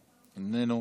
איננו,